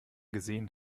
gesehen